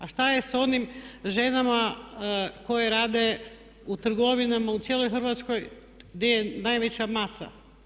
A šta je sa onima ženama koje rade u trgovinama u cijeloj Hrvatskoj gdje je najveća masa?